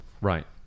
right